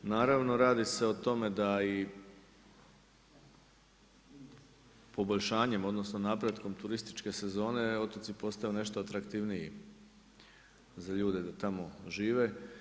Naravno radi se o tome da i poboljšanjem, odnosno napretkom turističke sezone otoci postaju nešto atraktivniji za ljude da tamo žive.